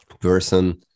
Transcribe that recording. person